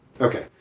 Okay